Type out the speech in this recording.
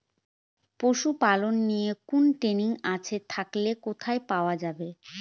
পশুপালন নিয়ে কোন ট্রেনিং আছে থাকলে কোথায় পাওয়া য়ায়?